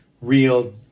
real